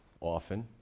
often